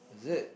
is it